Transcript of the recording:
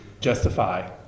justify